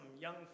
young